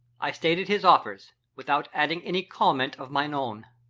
i stated his offers, without adding any comment of my own.